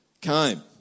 came